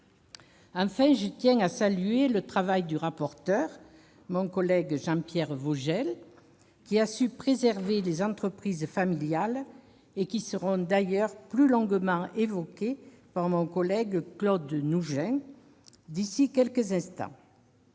ans. Je tiens à saluer le travail du rapporteur, mon collègue Jean Pierre Vogel, qui a su préserver les entreprises familiales, lesquelles seront d'ailleurs plus longuement évoquées par mon collègue Claude Nougein d'ici quelques instants.